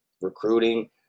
Recruiting